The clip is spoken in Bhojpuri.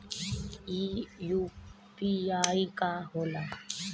ई यू.पी.आई का होला?